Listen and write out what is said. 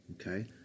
Okay